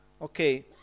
okay